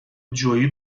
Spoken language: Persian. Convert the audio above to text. جویی